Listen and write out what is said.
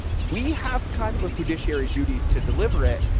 we have kind of a fiduciary duty to deliver it.